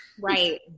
Right